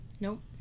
Nope